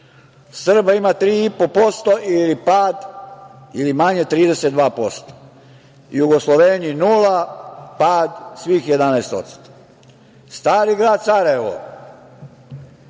Srba ima 3,5% ili pad ili manje 32%, Jugosloveni 0%, pad svih 11%.Stari Grad Sarajevo